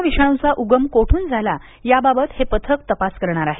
corona विषाणूचा उगम कोठून झाला याबाबत हे पथक तपास करणार आहे